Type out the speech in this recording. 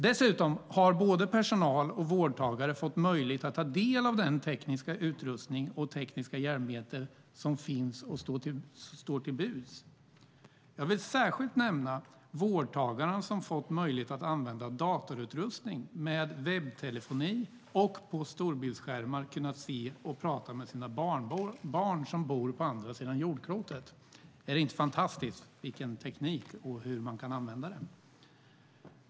Dessutom har både personal och vårdtagare fått möjlighet att ta del av den tekniska utrustning och de tekniska hjälpmedel som står till buds. Jag vill särskilt nämna att vårdtagarna har fått möjlighet att använda datorutrustning med webbtelefoni och på storbildsskärmar kunnat se och prata med sina barnbarn som bor på andra sidan jordklotet. Är det inte fantastiskt hur man kan använda tekniken?